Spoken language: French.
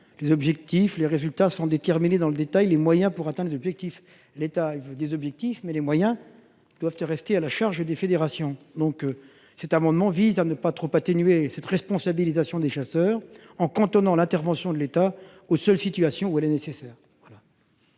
les objectifs de résultats sans déterminer dans le détail les moyens pour atteindre ces objectifs. L'État détermine les objectifs, mais les moyens restent à la charge des fédérations. Cet amendement vise à ne pas trop atténuer la responsabilisation des chasseurs, en cantonnant l'intervention de l'État aux seules situations où elle est nécessaire.